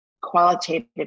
qualitative